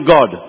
God